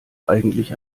eigentlich